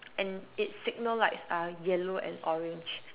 and its signal lights are yellow and orange